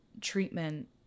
treatment